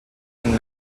and